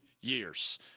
years